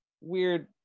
weird